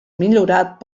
millorat